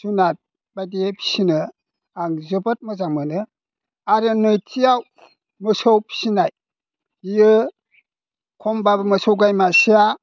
जुनाद बायदियै फिसिनो आं जोबोद मोजां मोनो आरो नैथियाव मोसौ फिसिनाय बियो खमब्लाबो मोसौ गाय मासेया